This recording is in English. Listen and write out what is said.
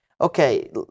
Okay